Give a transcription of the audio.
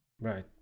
Right